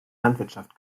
landwirtschaft